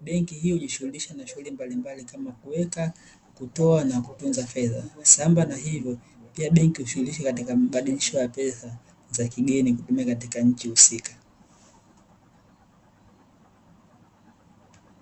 benki hiyo hujishughulisha na kuweka, kutoa na kutunza fedha sambamba na hilo pia benki hujishughulisha na mabadirisho ya fedha za kigeni kutumika katika nchi husika.